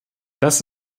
das